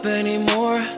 anymore